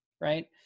right